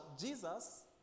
Jesus